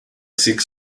seek